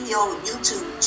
YouTube